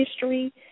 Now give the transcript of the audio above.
history